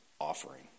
offering